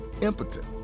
impotent